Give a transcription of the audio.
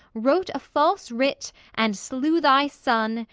wrote a false writ, and slew thy son,